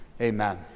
Amen